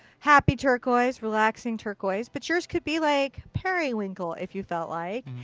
happy turquoise. relaxing turquoise, but yours could be like periwinkle if you felt like.